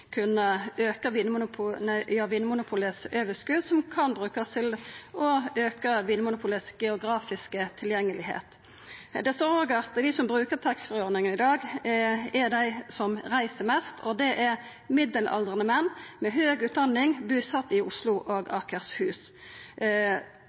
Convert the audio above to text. kunna auka overskotet til Vinmonopolet, som kan brukast til å auka Vinmonopolets «geografiske tilgjengelighet». Det står òg at dei som bruker taxfree-ordninga i dag, er dei som reiser mest. Det er middelaldrande menn med høg utdanning, busette i Oslo og